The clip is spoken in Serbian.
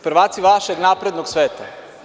Prvaci vašeg naprednog sveta.